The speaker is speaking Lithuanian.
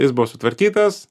jis buvo sutvarkytas